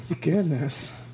Goodness